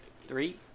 Three